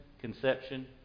conception